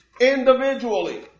Individually